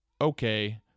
okay